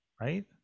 Right